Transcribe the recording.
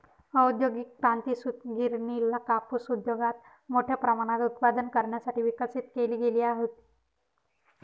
औद्योगिक क्रांती, सूतगिरणीला कापूस उद्योगात मोठ्या प्रमाणात उत्पादन करण्यासाठी विकसित केली गेली होती